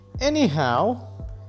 Anyhow